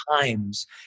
times